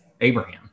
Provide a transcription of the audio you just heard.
Abraham